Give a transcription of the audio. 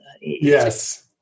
Yes